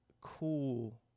cool